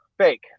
Fake